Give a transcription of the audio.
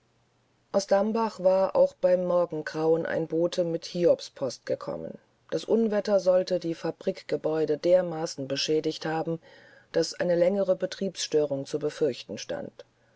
aus dambach war auch beim morgengrauen ein bote mit hiobsposten gekommen das unwetter sollte die fabrikgebäude dermaßen beschädigt haben daß eine längere betriebsstörung zu befürchten stand